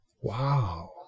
wow